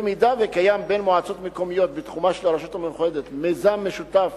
אם קיים בין מועצות מקומיות בתחומה של הרשות מאוחדת מיזם משותף,